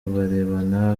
barebana